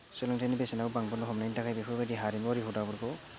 सोलोंथायनि बेसेनाबो बांबोनो हमनायनि थाखाय बेफोरबायदि हारिमुआरि हुदाफोरखौ